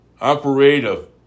operative